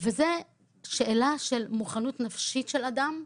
וזו שאלה של מוכנות נפשית של אדם,